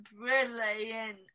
brilliant